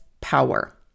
power